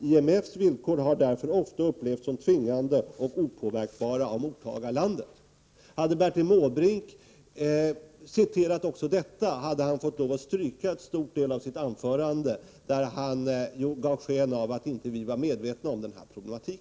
IMFs villkor har därför ofta upplevts som tvingande detta, hade han fått lov att stryka en stor del av sitt anförande, där han gav Prot. 1988/89:99 sken av att vi inte var medvetna om den här problematiken.